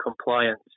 compliance